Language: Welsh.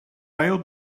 ail